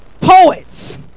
poets